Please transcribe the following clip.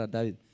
David